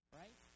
right